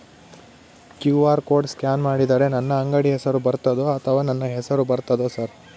QR code scan ಮಾಡಿದರೆ ನನ್ನ ಅಂಗಡಿ ಹೆಸರು ಬರ್ತದೋ ಅಥವಾ ನನ್ನ ಹೆಸರು ಬರ್ತದ ಸರ್?